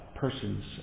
Persons